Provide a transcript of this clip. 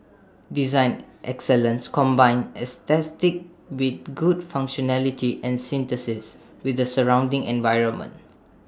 design excellence combines aesthetics with good functionality and synthesis with the surrounding environment